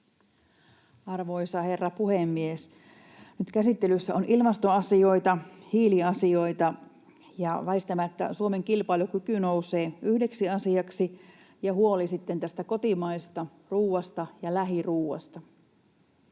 Arvoisa herra puhemies! Nyt käsittelyssä on ilmastoasioita, hiiliasioita, ja väistämättä Suomen kilpailukyky nousee yhdeksi asiaksi ja myös huoli kotimaisesta ruoasta ja lähiruoasta.